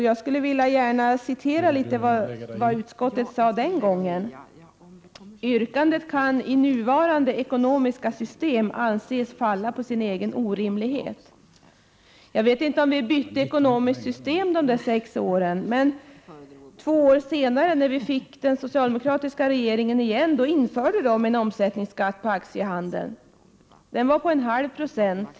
Jag vill gärna läsa upp en del av vad utskottet sade den gången: ”Yrkandet kan i nuvarande ekonomiska system anses falla på sin egen orimlighet ——-". Jag vet inte precis om vi bytte ekonomiskt system när vi bytte regering, men två år senare införde i alla fall den socialdemokratiska regeringen en omsättningsskatt på aktiehandeln. Den var då på 0,5 90.